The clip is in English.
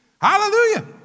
Hallelujah